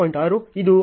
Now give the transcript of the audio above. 6 ಇದು ಇಲ್ಲಿ 0